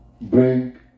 Bring